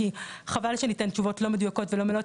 כי חבל שניתן תשובות לא מדויקות ולא מלאות,